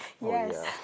Yes